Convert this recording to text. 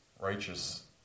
righteous